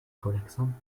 relaxante